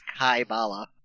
Kaibala